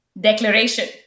Declaration